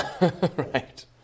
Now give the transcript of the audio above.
Right